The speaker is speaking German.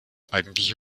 eigentliche